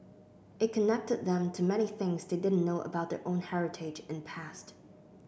it connected them to many things they didn't know about their own heritage and past